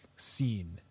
scene